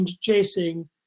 chasing